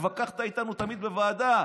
התווכחת איתנו תמיד בוועדה.